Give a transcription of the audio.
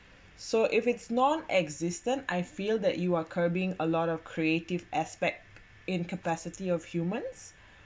so if it's non existent I feel that you are curbing a lot of creative aspect in capacity of humans